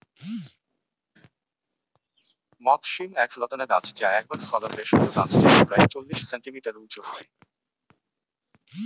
মথ শিম এক লতানা গাছ যা একবার ফলা ভেষজ গাছ যেটা প্রায় চল্লিশ সেন্টিমিটার উঁচু হয়